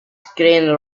screen